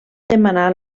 demanar